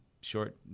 short